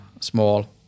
small